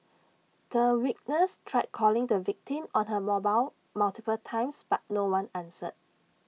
the witness tried calling the victim on her mobile multiple times but no one answered